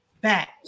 back